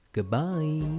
Goodbye